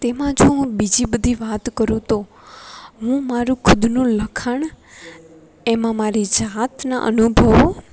તેમાં જો હું બીજી બધી વાત કરું તો હું મારું ખુદનું લખાણ એમાં મારી જાતના અનુભવો